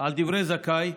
על דברי זכאי: